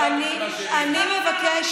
היא לא קשורה,